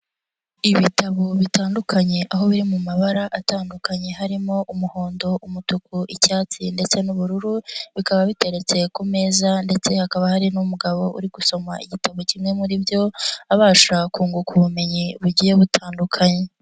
Ibitabo bitandukanye aho biri mu mabara atandukanye harimo umuhondo, umutuku, icyatsi ndetse n'ubururu, bikaba biteretse ku meza ndetse hakaba hari n'umugabo uri gusoma igitabo kimwe muri byo, abasha kunguka ubumenyi bugiye butandukanye.